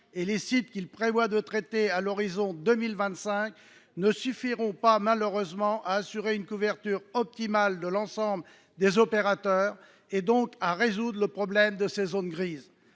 et les sites qu’il prévoit de traiter à l’horizon de 2025 ne suffiront malheureusement pas à assurer une couverture optimale de l’ensemble des opérateurs, donc à résoudre le problème de ces zones grises.